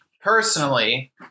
personally